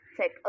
take